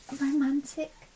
Romantic